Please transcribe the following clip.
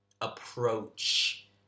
approach